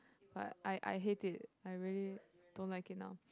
but I I hate it I really don't like it now